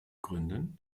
gründen